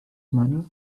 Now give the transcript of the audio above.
money